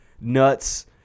nuts